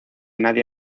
nadie